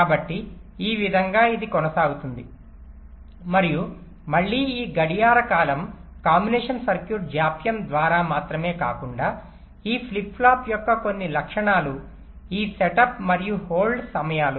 కాబట్టి ఈ విధంగా ఇది కొనసాగుతుంది మరియు మళ్ళీ ఈ గడియార కాలం కాంబినేషన్ సర్క్యూట్ జాప్యం ద్వారా మాత్రమే కాకుండా ఈ ఫ్లిప్ ఫ్లాప్ యొక్క కొన్ని లక్షణాలు ఈ సెటప్ మరియు హోల్డ్ సమయాలు